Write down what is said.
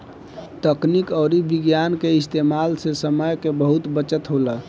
तकनीक अउरी विज्ञान के इस्तेमाल से समय के बहुत बचत होला